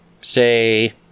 say